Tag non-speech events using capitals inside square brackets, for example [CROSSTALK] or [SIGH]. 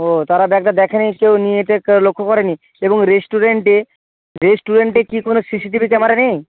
ও তারা ব্যাগটা দেখেনি কেউ নিয়ে [UNINTELLIGIBLE] লক্ষ্য করেনি এবং রেস্টুরেন্টে রেস্টুরেন্টে কি কোনো C C T V camera নেই